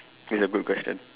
this is a good question